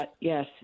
Yes